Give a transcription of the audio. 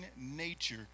nature